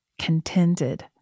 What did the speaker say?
contented